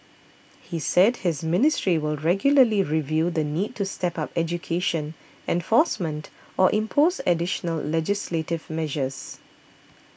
he said his ministry will regularly review the need to step up education enforcement or impose additional legislative measures